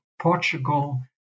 Portugal